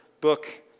book